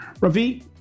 Ravi